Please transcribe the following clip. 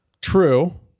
true